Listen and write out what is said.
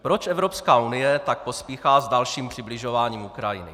Proč Evropská unie tak pospíchá s dalším přibližováním Ukrajiny?